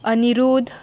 Anirudh